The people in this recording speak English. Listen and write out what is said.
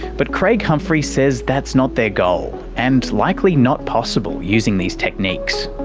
but craig humphrey says that's not their goal and likely not possible using these techniques.